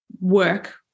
work